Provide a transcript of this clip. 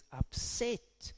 upset